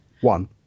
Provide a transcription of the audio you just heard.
One